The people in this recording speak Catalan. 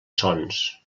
sons